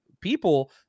people